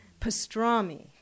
pastrami